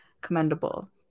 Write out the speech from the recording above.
commendable